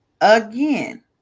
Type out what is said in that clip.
Again